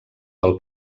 del